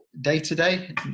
day-to-day